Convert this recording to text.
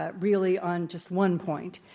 ah really, on just one point,